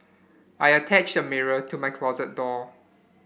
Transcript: I attached a mirror to my closet door